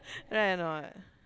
right or not